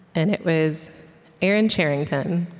and it was erin cherington,